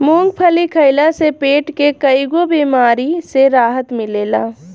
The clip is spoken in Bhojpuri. मूंगफली खइला से पेट के कईगो बेमारी से राहत मिलेला